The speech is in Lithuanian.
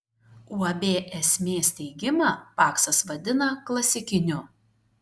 uab esmė steigimą paksas vadina klasikiniu